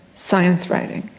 science writing.